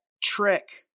trick